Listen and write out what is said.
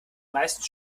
meisten